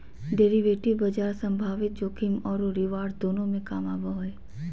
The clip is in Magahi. डेरिवेटिव बाजार संभावित जोखिम औरो रिवार्ड्स दोनों में काम आबो हइ